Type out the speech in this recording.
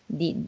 di